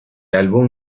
álbum